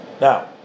Now